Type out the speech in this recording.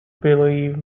billy